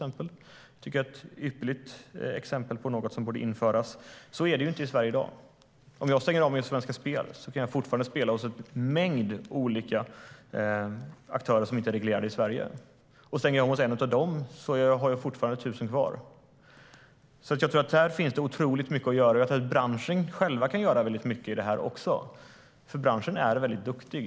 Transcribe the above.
Det är ett ypperligt exempel på något som borde införas. Så är det inte i Sverige i dag. Om jag stänger av mig hos Svenska Spel kan jag fortfarande spela hos en mängd olika aktörer som inte är reglerade i Sverige. Och om jag stänger av mig hos en av dem har jag fortfarande 1 000 kvar. Här finns det otroligt mycket att göra. Och jag tror att branschen själv kan göra mycket. Branschen är väldigt duktig.